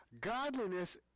godliness